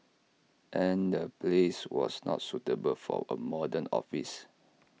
and the place was not suitable for A modern office